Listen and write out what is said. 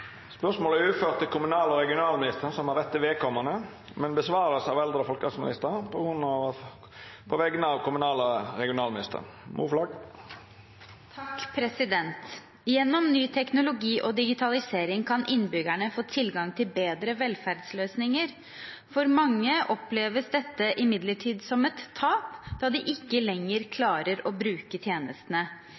er overført til kommunal- og regionalministeren som rette vedkomande, men vil verta svara på av eldre- og folkehelseministeren på vegner av kommunal- og regionalministeren, som er bortreist. «Gjennom ny teknologi og digitalisering kan innbyggere få tilgang til bedre velferdsløsninger. For mange oppleves dette imidlertid som et tap, da de ikke lenger klarer å bruke tjenestene.